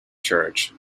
church